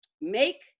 Make